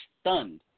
stunned